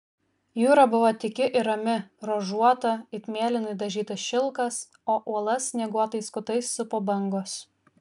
jūra buvo tyki ir rami ruožuota it mėlynai dažytas šilkas o uolas snieguotais kutais supo bangos